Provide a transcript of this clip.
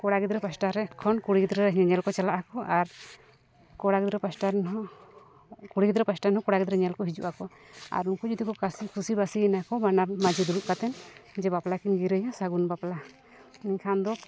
ᱠᱚᱲᱟ ᱜᱤᱫᱽᱨᱟᱹ ᱯᱟᱦᱴᱟ ᱥᱮᱫᱠᱷᱚᱱ ᱠᱩᱲᱤ ᱜᱤᱫᱽᱨᱟᱹ ᱧᱮᱧᱮᱞ ᱠᱚ ᱪᱟᱞᱟᱜ ᱟᱠᱚ ᱟᱨ ᱠᱚᱲᱟ ᱜᱤᱫᱽᱨᱟᱹ ᱯᱟᱦᱴᱟ ᱨᱮᱱᱦᱚᱸ ᱠᱩᱲᱤ ᱜᱤᱫᱽᱨᱟᱹ ᱯᱟᱦᱴᱟ ᱨᱮᱱᱦᱚᱸ ᱠᱚᱲᱟ ᱜᱤᱫᱽᱨᱟᱹ ᱧᱮᱧᱮᱞ ᱠᱚ ᱦᱤᱡᱩᱜ ᱟᱠᱚ ᱟᱨ ᱩᱱᱠᱩ ᱡᱩᱫᱤ ᱠᱚ ᱠᱩᱥᱤ ᱵᱟᱹᱥᱤᱭᱮᱱᱟ ᱠᱚ ᱵᱟᱱᱟᱨ ᱢᱟᱹᱡᱷᱤ ᱫᱩᱲᱩᱵ ᱠᱟᱛᱮᱫ ᱡᱮ ᱵᱟᱯᱞᱟ ᱠᱤᱱ ᱜᱤᱨᱟᱹᱭᱟ ᱥᱟᱹᱜᱩᱱ ᱵᱟᱯᱞᱟ ᱮᱱᱠᱷᱟᱱ ᱫᱚ